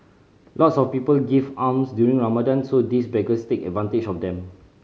lots of people give alms during Ramadan so these beggars take advantage of them